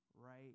right